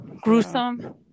gruesome